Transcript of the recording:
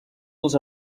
dels